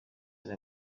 hari